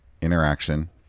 interaction